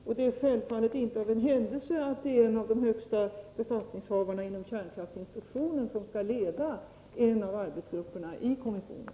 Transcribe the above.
Självfallet är det inte av en händelse som en av de högsta befattningshavarna inom kärnkraftinspektionen skall leda en av arbetsgrupperna i kommissionen.